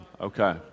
Okay